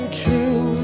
true